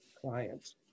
clients